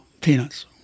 peanuts